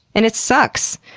and it sucks!